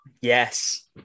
Yes